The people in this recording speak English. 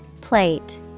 Plate